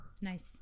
Nice